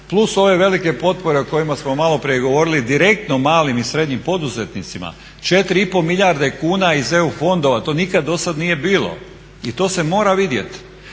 plus ove velike potpore o kojima smo malo prije govorili direktno malim i srednjim poduzetnicima 4 i pol milijarde kuna iz EU fondova. To nikad do sad nije bilo i to se mora vidjet.